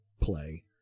play